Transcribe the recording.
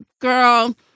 Girl